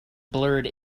blurred